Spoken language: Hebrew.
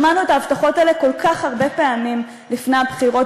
שמענו את ההבטחות האלה כל כך הרבה פעמים לפני הבחירות,